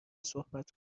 صحبت